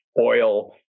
oil